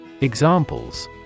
Examples